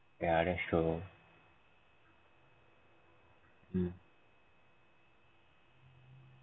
yeah that's true mm